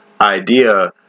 idea